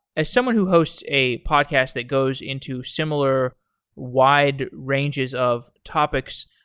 as someone who hosts a podcast that goes into similar wide ranges of topics,